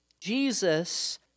Jesus